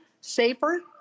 safer